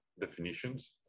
definitions